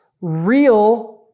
real